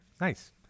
nice